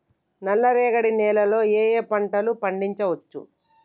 నల్లరేగడి నేల లో ఏ ఏ పంట లు పండించచ్చు?